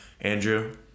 Andrew